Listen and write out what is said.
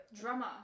drummer